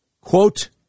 quote